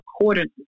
accordingly